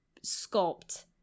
sculpt